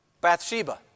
Bathsheba